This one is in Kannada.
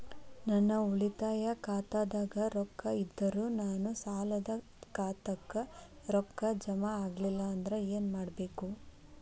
ನನ್ನ ಉಳಿತಾಯ ಖಾತಾದಾಗ ರೊಕ್ಕ ಇದ್ದರೂ ನನ್ನ ಸಾಲದು ಖಾತೆಕ್ಕ ರೊಕ್ಕ ಜಮ ಆಗ್ಲಿಲ್ಲ ಅಂದ್ರ ಏನು ಮಾಡಬೇಕು?